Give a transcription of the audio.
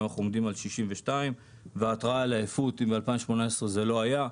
היום אנחנו עומדים על 62%. התרעה על עייפות אם ב-2018 זה לא היה,